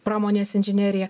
pramonės inžinerija